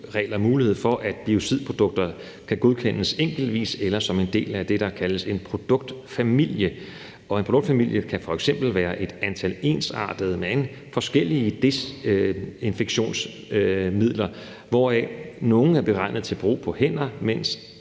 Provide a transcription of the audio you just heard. EU-regler mulighed for, at biocidprodukter kan godkendes enkeltvis eller som en del af det, der kaldes en produktfamilie, og en produktfamilie kan f.eks. være et antal ensartede, men forskellige desinfektionsmidler, hvoraf nogle er beregnet til brug på hænder, mens